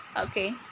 okay